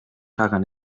hagan